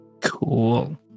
Cool